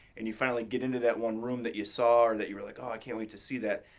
and you finally get into that one room that you saw, or that you were like ah i can't wait to see that.